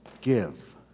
give